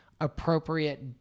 appropriate